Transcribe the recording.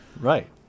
Right